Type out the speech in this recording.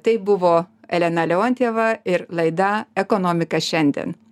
tai buvo elena leontjeva ir laida ekonomika šiandien